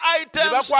items